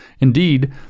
Indeed